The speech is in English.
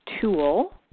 tool